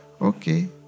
okay